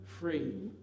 free